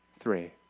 Three